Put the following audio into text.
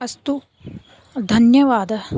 अस्तु धन्यवादः